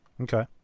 Okay